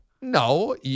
No